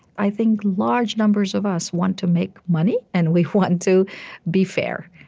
i think large numbers of us want to make money, and we want and to be fair.